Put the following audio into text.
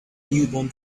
newborn